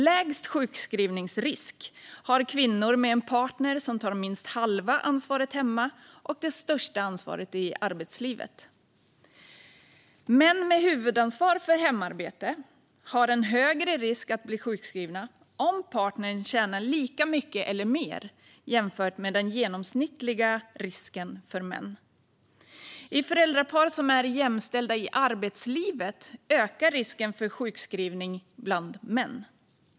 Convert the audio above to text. Lägst sjukskrivningsrisk har kvinnor med en partner som tar minst halva ansvaret hemma och det största ansvaret i arbetslivet. Män med huvudansvar för hemarbetet har en högre risk att bli sjukskrivna om partnern tjänar lika mycket eller mer jämfört med den genomsnittliga risken för män. I föräldrapar som är jämställda i arbetslivet ökar risken för sjukskrivning bland män.